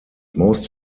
most